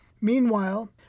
Meanwhile